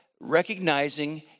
recognizing